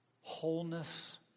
wholeness